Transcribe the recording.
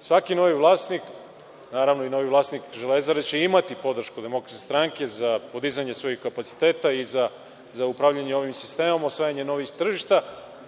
svaki novi vlasnik, naravno i novi vlasnik „Železare“ će imati podršku DS za podizanje svojih kapaciteta i za upravljanje ovim sistemom i osvajanje novih tržišta,